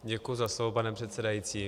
Děkuji za slovo, pane předsedající.